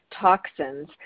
toxins